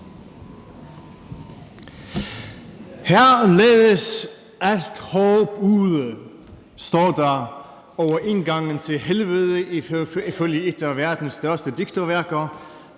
»Her lades alt håb ude«, står der over indgangen til Helvede ifølge et af verdens største digterværker,